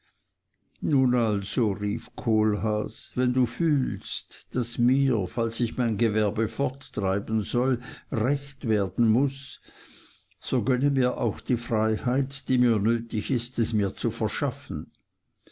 nun also rief kohlhaas wenn du fühlst daß mir falls ich mein gewerbe forttreiben soll recht werden muß so gönne mir auch die freiheit die mir nötig ist es mir zu verschaffen